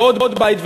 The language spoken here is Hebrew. ועוד בית,